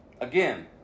Again